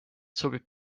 sobib